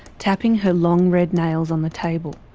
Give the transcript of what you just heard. tapping her long red nails on the table.